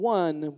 one